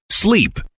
Sleep